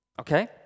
okay